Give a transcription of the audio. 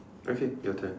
okay your turn